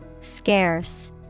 Scarce